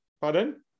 Pardon